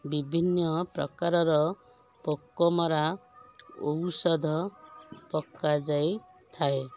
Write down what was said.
ବିଭିନ୍ନ ପ୍ରକାରର ପୋକମରା ଔଷଧ ପକା ଯାଇଥାଏ